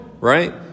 right